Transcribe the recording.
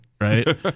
right